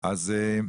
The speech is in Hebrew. כן.